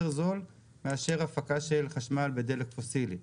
זול מאשר הפקה של חשמל בדלק פוסילי.